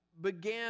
began